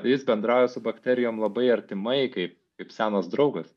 jis bendrauja su bakterijom labai artimai kaip kaip senas draugas